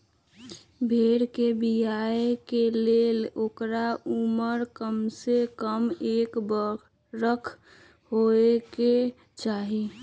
भेड़ कें बियाय के लेल ओकर उमर कमसे कम एक बरख होयके चाही